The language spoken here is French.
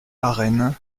arène